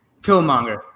Killmonger